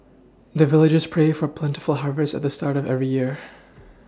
the villagers pray for plentiful harvest at the start of every year